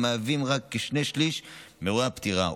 המהווים רק כשני-שלישים מאירועי הפטירה.